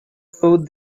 though